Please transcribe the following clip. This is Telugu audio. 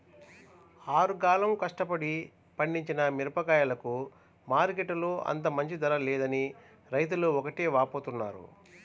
ఆరుగాలం కష్టపడి పండించిన మిరగాయలకు మార్కెట్టులో అంత మంచి ధర లేదని రైతులు ఒకటే వాపోతున్నారు